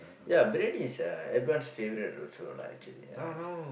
yeah briyani is uh everyone's favourite also lah actually ya